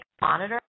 monitor